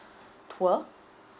tour